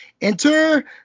Enter